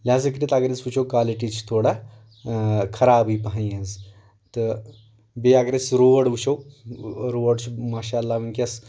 لہاظہ کٔرتھ اگر أسۍ وٕچھو کالٹی چھِ تھوڑا خرابٕے پہن یِہنٛز تہٕ بیٚیہِ اگر أسۍ روڑ وٕچھو روڑ چھُ ماشا اللہ وُنکیٚس